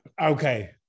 Okay